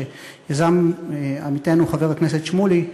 שיזם עמיתנו חבר הכנסת שמולי,